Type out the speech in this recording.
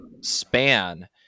span